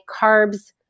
carbs